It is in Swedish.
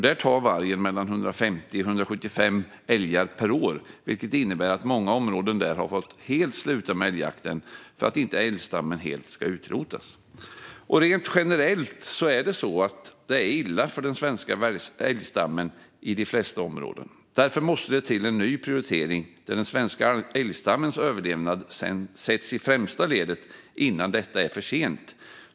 Där tar vargen mellan 150 och 175 älgar per år, vilket innebär att många områden helt har fått sluta med älgjakten för att älgstammen inte ska utrotas helt. Rent generellt är det illa för den svenska älgstammen i de flesta områden. Därför måste det göras en ny prioritering där den svenska älgstammens överlevnad sätts i främsta ledet innan det är för sent.